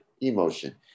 emotion